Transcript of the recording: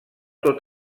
tot